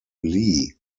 lee